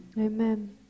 Amen